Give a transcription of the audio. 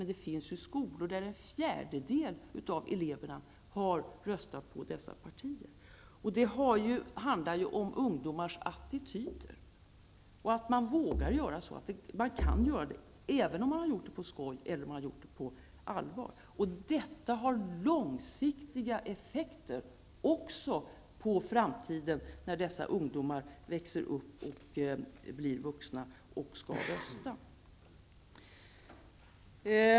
Men det finns skolor där en fjärdedel av eleverna har röstat på dessa partier. Det handlar om ungdomars attityder, att våga göra det, att kunna göra det, vare sig man har gjort det på skoj eller på allvar. Detta har långsiktiga effekter inför framtiden, när dessa ungdomar blir vuxna och skall rösta.